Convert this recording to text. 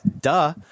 duh